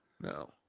No